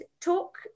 talk